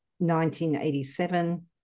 1987